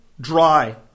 dry